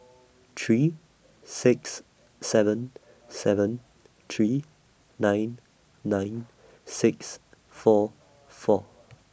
three six seven seven three nine nine six four four